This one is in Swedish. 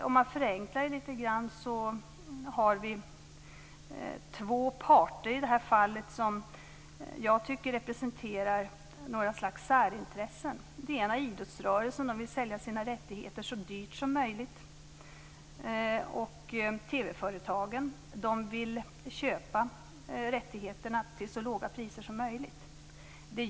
Om man förenklar det lite grann har vi två parter i det här fallet som jag tycker representerar några slags särintressen. Den ena är idrottsrörelsen. Den vill sälja sina rättigheter så dyrt som möjligt. Den andra parten är TV-företagen som vill köpa rättigheterna till så låga priser som möjligt.